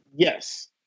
Yes